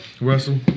Russell